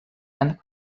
and